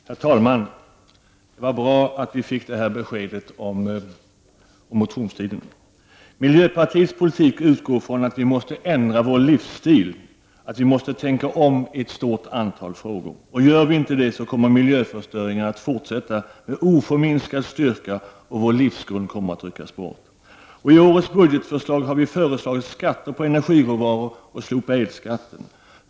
Herr talman! Det var bra att vi fick beskedet om motionstiden. Miljöpartiets politik utgår från att vi måste ändra vår livsstil. Vi måste tänka om i ett stort antal frågor. Gör vi inte det, kommer miljöförstöringarna att fortsätta med oförminskad styrka, och vår livsgrund kommer att ryckas bort. I årets budgetförslag har vi föreslagit skatt på energiråvaror och slopad elskatt.